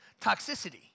toxicity